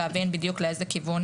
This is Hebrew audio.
להבין בדיוק לאיזה כיוון,